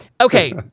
Okay